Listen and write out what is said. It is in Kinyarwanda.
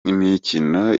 imikino